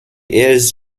heirs